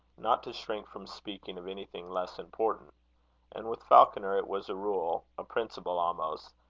not to shrink from speaking of anything less important and with falconer it was a rule, a principle almost,